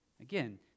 Again